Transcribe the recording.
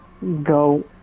go